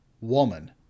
Woman